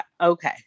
okay